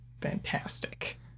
fantastic